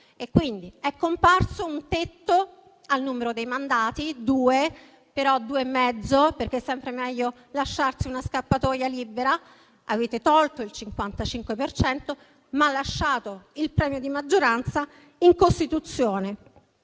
Governo. È comparso così un tetto al numero dei mandati; due, però due e mezzo perché è sempre meglio lasciarsi una scappatoia libera. Avete tolto inoltre il 55 per cento, ma lasciato il premio di maggioranza in Costituzione.